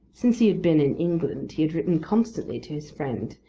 since he had been in england he had written constantly to his friend,